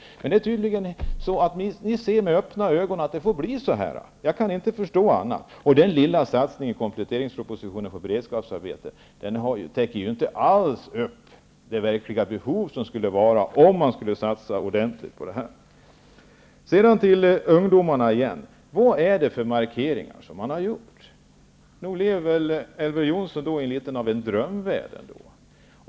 Men ni ser detta med öppna ögon och tycker tydligen att det kan få vara så här. Jag kan inte förstå annat. Den lilla satsningen på beredskapsarbeten som finns med i kompletteringspropositionen täcker ju inte alls det verkliga behov som finns, om man skulle satsa ordentligt. Åter till ungdomarna. Vilka markeringar har man gjort? Nog lever väl Elver Jonsson i en drömvärld?